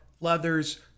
Leathers